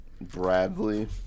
bradley